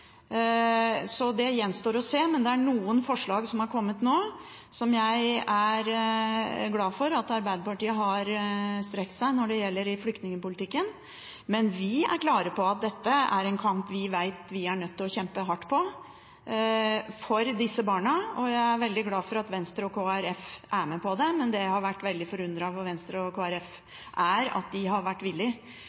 så det gjenstår å se. Det er noen forslag som er kommet nå, der jeg er glad for at Arbeiderpartiet har strekt seg når det gjelder flyktningpolitikken. Men vi er klare på at dette er en kamp der vi vet vi er nødt til å kjempe hardt for disse barna. Jeg er veldig glad for at Venstre og Kristelig Folkeparti er med på det. Men jeg har vært veldig forundret over at Venstre og Kristelig Folkeparti har vært villig